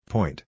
Point